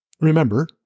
Remember